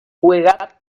juega